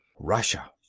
russia!